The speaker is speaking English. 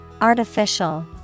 Artificial